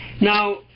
Now